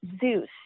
Zeus